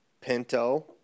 Pinto